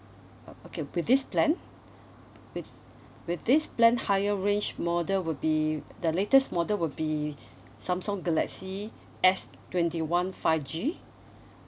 okay with this plan with with this plan higher range model will be the latest model will be samsung galaxy S twenty one five G